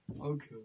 Okay